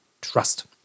trust